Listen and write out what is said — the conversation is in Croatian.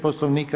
Poslovnika.